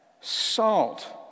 Salt